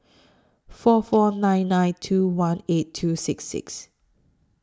four four nine nine two one eight two six six